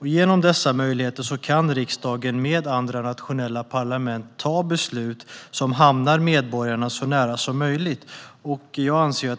Genom dessa möjligheter kan riksdagen med andra nationella parlament ta beslut som hamnar så nära medborgarna som möjligt.